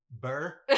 burr